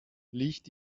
licht